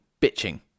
Bitching